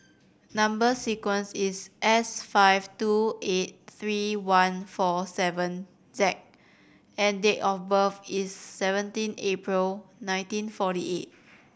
number sequence is S five two eight three one four seven Z and date of birth is seventeen April nineteen forty eight